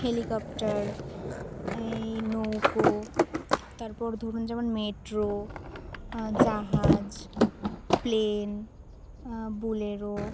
helicopter এই নৌকো তারপর ধরুন যেমন মেট্রো জাহাজ প্লেন বোলেরো